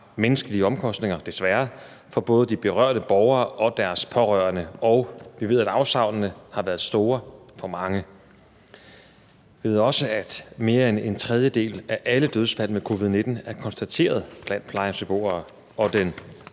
menneskelige omkostninger, desværre, for både de berørte borgere og deres pårørende, og vi ved, at afsavnene har været store for mange. Vi ved også, at mere end en tredjedel af alle dødsfald med covid-19 er konstateret blandt plejehjemsbeboere, og den